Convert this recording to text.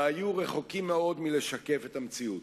והיו רחוקים מאוד מלשקף את המציאות.